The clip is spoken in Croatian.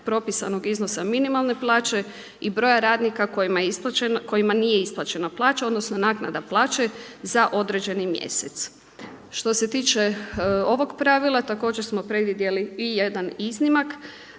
iznosa minimalne plaće i broja radnika kojima nije isplaćena plaća, odnosno naknada plaće za određeni mjesec. Što se tiče ovog pravila također smo predvidjeli i jedan iznimak,